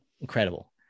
incredible